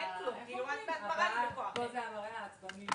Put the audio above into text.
אני יוצא עם פחות טענות ויותר דאגות,